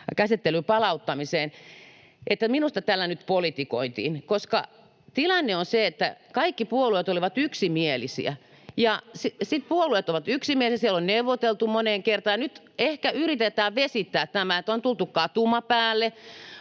käsittelyyn palauttamiseen — että minusta tällä nyt politikoitiin, koska tilanne on se, että kaikki puolueet olivat yksimielisiä. Puolueet ovat yksimielisiä, on neuvoteltu moneen kertaan, ja nyt ehkä yritetään vesittää tämä. On tultu katumapäälle,